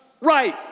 right